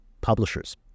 publishers